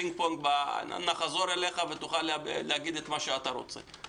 שגיא, נחזור אליך ותוכל להגיד מה שאתה רוצה.